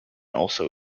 also